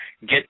get